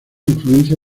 influencia